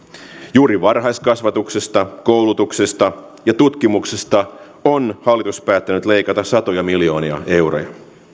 juuri varhaiskasvatuksesta koulutuksesta ja tutkimuksesta on hallitus päättänyt leikata satoja miljoonia euroja